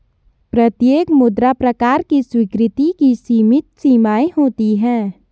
प्रत्येक मुद्रा प्रकार की स्वीकृति की सीमित सीमाएँ होती हैं